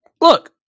Look